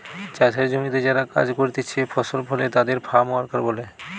চাষের জমিতে যারা কাজ করতিছে ফসল ফলে তাদের ফার্ম ওয়ার্কার বলে